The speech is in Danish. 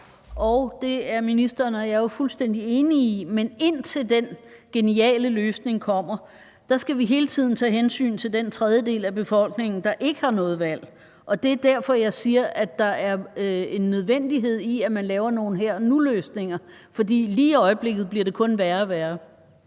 Det er ministeren og jeg jo fuldstændig enige om, men indtil den geniale løsning kommer, skal vi hele tiden tage hensyn til den tredjedel af befolkningen, der ikke har noget valg, og det er derfor, jeg siger, at det er en nødvendighed, at man laver nogle her og nu-løsninger. For lige i øjeblikket bliver det kun værre og værre.